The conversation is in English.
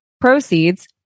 proceeds